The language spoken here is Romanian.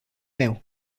meu